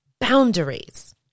boundaries